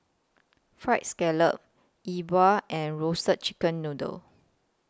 Fried Scallop Yi Bua and Roasted Chicken Noodle